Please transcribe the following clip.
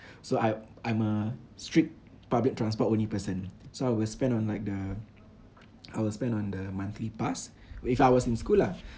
so I I'm a strict public transport only person so I will spend on like the I will spend on the monthly pass if I was in school lah